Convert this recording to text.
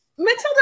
Matilda